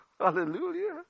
Hallelujah